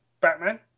batman